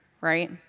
right